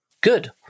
Good